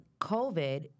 COVID